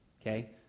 Okay